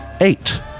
Eight